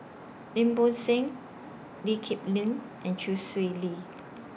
Lim Bo Seng Lee Kip Lin and Chee Swee Lee